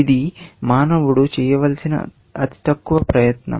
ఇది మానవుడు చేయవలసిన తక్కువ ప్రయత్నం